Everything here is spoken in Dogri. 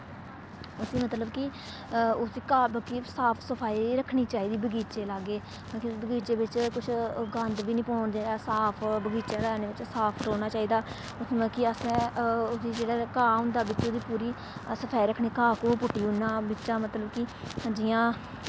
उस्सी मतलब कि उस्सी घाऽ गी साफ सफाई रक्खनी चाहिदी बगीचे लाग्गै बगीचे बिच्च कुछ गंद बी निं पौन देना साफ बगीचे दे बिच्च साफ रौह्ना चाहिदा मतलब कि असें उस्सी जेह्ड़ा घाऽ होंदा बिच्च ओह्दी पूरी अस सफाई रक्खने घाऽ घूह् पुट्टी ओड़ना बिच्चा मतलब कि जि'यां